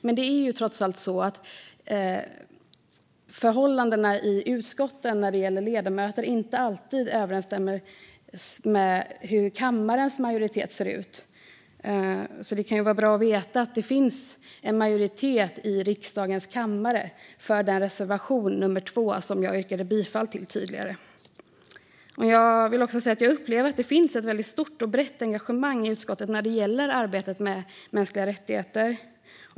Det är trots allt så att förhållandena i utskotten när det gäller ledamöter inte alltid överensstämmer med hur kammarens majoritet ser ut. Det kan vara bra att veta att det finns en majoritet i riksdagens kammare för reservation 2, som jag yrkade bifall till tidigare. Jag upplever också att det finns ett stort och brett engagemang i utskottet för arbetet med mänskliga rättigheter.